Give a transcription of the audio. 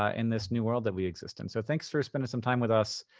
ah in this new world that we exist in. so thanks for spending some time with us,